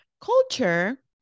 culture